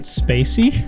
spacey